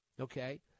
Okay